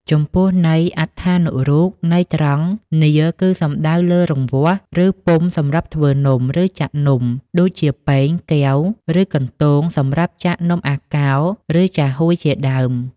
ចំពោះន័យអត្ថានុរូប ន័យត្រង់ នាឡិ គឺសំដៅលើរង្វាស់ ឬពុម្ពសម្រាប់ធ្វើនំ ឬចាក់នំ ដូចជាពែង កែវ ឬកន្ទោងសម្រាប់ចាក់នំអាកោរ ឬចាហួយជាដើម។